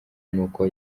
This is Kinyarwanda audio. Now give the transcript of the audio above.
n’uko